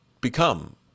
become